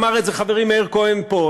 ואמר את זה חברי מאיר כהן פה,